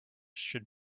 should